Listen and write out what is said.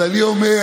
אז אני אומר,